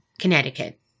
Connecticut